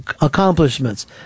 accomplishments